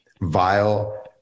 vile